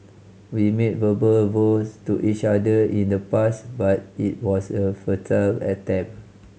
we made verbal vows to each other in the past but it was a futile attempt